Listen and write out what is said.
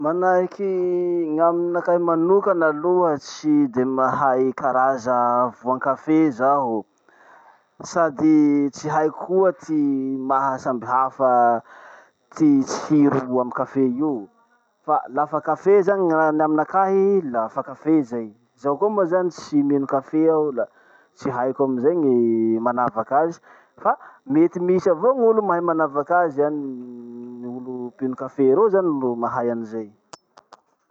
Manahaky gn'aminakahy manokana aloha tsy de mahay karaza voan-kafe zaho, sady tsy haiko koa ty maha samby hafa ty tsiro amy kafe io. Fa lafa kafe zany gn'anarany aminakahy, lafa kafe zay. Zaho koa moa zany tsy mino kafe aho la tsy haiko amizay ny manavaky azy, fa mety misy avao gn'olo mahay manavaky azy any. Olo mpino kafe reo zany ro mahay anizay.